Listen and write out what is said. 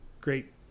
great